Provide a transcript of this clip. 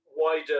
Wider